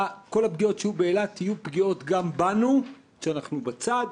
כל הפגיעות שיהיו באילת יהיו פגיעות גם בנו כשאנחנו בצד,